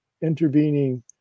intervening